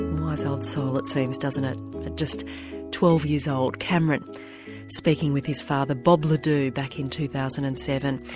wise old soul it seems doesn't it at just twelve years old? cameron speaking with his father bob yeah back in two thousand and seven.